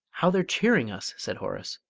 how they're cheering us! said horace.